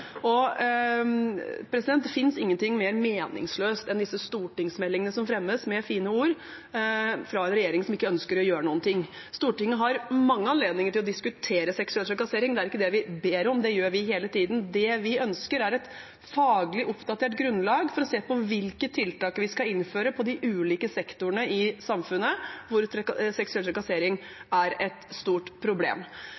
Det finnes ingenting mer meningsløst enn disse stortingsmeldingene som fremmes med fine ord, fra en regjering som ikke ønsker å gjøre noen ting. Stortinget har mange anledninger til å diskutere seksuell trakassering, det er ikke det vi ber om, det gjør vi hele tiden. Det vi ønsker, er et faglig oppdatert grunnlag for å se på hvilke tiltak vi skal innføre på de ulike sektorene i samfunnet hvor seksuell trakassering